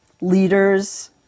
leaders